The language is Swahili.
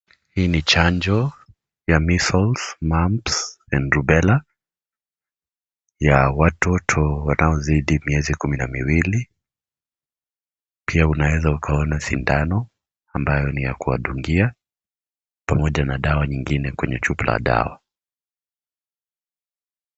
Hii ni chanjo ya measles , mumps and Rubella ya watoto wanaozidi miezi kumi na miwili. Pia unaeza ukaona sindano ambayo ni ya kuwadungia pamoja na dawa nyingine kwenye chupa ya dawa.